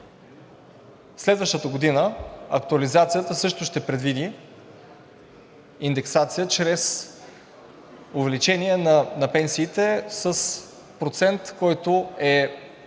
Следващата година, актуализацията също ще предвиди индексация чрез увеличение на пенсиите с процент, който е